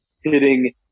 hitting